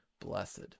blessed